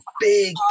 big